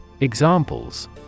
Examples